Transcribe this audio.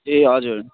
ए हजुर